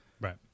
right